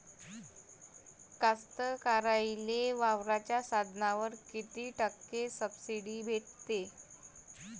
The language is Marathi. कास्तकाराइले वावराच्या साधनावर कीती टक्के सब्सिडी भेटते?